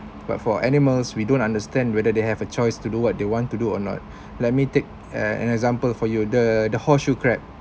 but for animals we don't understand whether they have a choice to do what they want to do or not let me take uh an example for you the the horseshoe crab